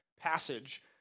passage